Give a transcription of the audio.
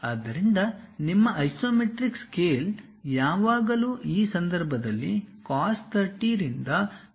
ಆದ್ದರಿಂದ ನಿಮ್ಮ isometric scale ಯಾವಾಗಲೂ ಈ ಸಂದರ್ಭದಲ್ಲಿ ಕಾಸ್ 30 ರಿಂದ ಕಾಸ್ 45 ಆಗಿರುತ್ತದೆ